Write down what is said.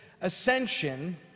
ascension